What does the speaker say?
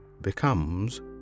becomes